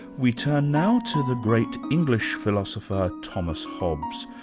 we turn now to the great english philosopher, thomas hobbes,